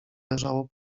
leżało